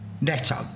Neto